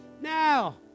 Now